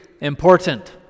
important